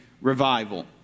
Revival